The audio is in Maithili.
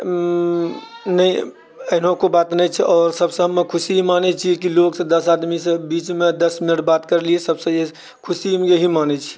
नहि एहनो कोइ बात नहि छै आओर सभसँ हम खुशी मानैत छी कि लोकसँ दश आदमीसँ बीचमऽ दस मिनट बात करलियै सभसँ ये खुशी हम यही मानैत छियै